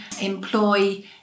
employ